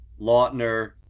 Lautner